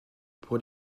pour